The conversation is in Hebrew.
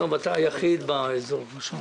אתה היחיד באזור.